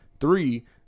Three